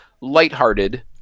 lighthearted